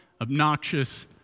obnoxious